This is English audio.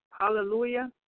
Hallelujah